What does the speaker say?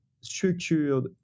structured